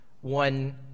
one